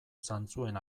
zantzuen